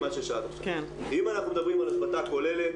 אם אנחנו מדברים על השבתה כוללת,